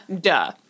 Duh